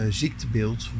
ziektebeeld